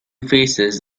faces